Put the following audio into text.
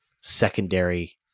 secondary